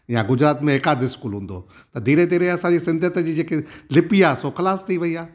या गुजरात में एक आध इस्कूलु हूंदो त धीरे धीरे असांजी सिंधियत जी जेकी लिपी आहे सो ख़लासु थी वई आहे